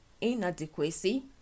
inadequacy